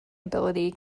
ability